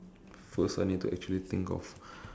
first I need to actually think of